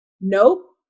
nope